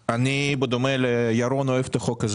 אני, בדומה לירון, אוהב את החוק הזה.